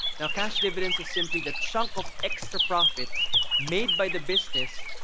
now cash dividends is simply the chunk of extra profits made by the business,